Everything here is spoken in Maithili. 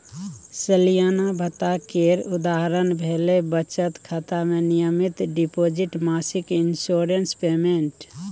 सलियाना भत्ता केर उदाहरण भेलै बचत खाता मे नियमित डिपोजिट, मासिक इंश्योरेंस पेमेंट